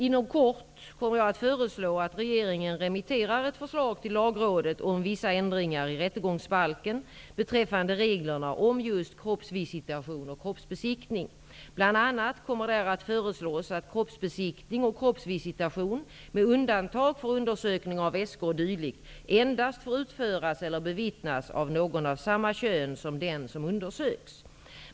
Inom kort kommer jag att föreslå att regeringen remitterar ett förslag till Lagrådet om vissa ändringar i rättegångsbalken beträffande reglerna om just kroppsvisitation och kroppsbesiktning. Bl.a. kommer där att föreslås att kroppsbesiktning och kroppsvisitation, med undantag för undersökning av väskor och dylikt, endast får utföras eller bevittnas av någon av samma kön som den som undersöks.